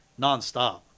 nonstop